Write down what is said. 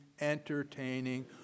entertaining